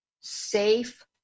Safe